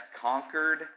conquered